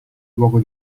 luogo